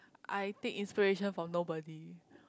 I take inspiration from nobody